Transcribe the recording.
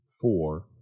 four